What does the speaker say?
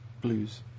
blues